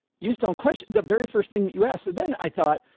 you just don't question. the very first thing that you asked, then i thought,